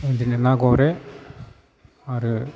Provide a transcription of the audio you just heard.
बिदिनो ना गरे आरो